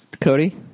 Cody